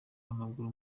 w’amaguru